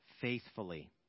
faithfully